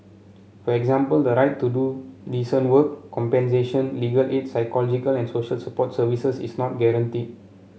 for example the right to do decent work compensation legal aid psychological and social support services is not guarantee